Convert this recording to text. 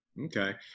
Okay